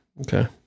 okay